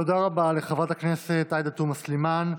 תודה רבה לחברת הכנסת עאידה תומא סלימאן.